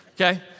Okay